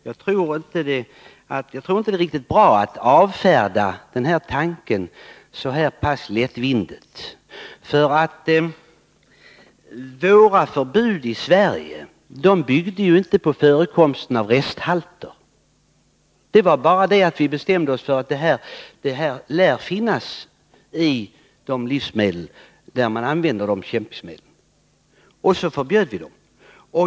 Jag tror inte att det är riktigt bra att avfärda den här tanken så här pass lättvindigt, därför att våra förbud i Sverige bygger inte på förekomsten av resthalter av bekämpningsmedel. Vi bestämde oss bara för att det här lär finnas i de livsmedel där man använder dessa bekämpningsmedel, och så förbjöd vi dem.